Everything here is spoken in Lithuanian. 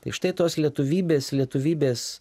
tai štai tos lietuvybės lietuvybės